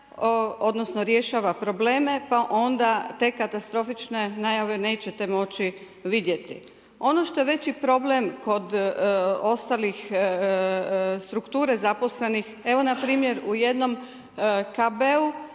rješava probleme, pa te katastrofične najave nećete moći vidjeti. Ono što je veći problem kod ostalih strukture zaposlenih, evo npr. u jednom KB-u